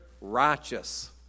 righteous